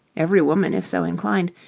every woman, if so inclined,